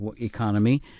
economy